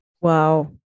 wow